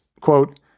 quote